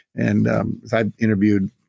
and i've interviewed,